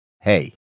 Hey